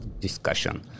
discussion